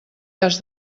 has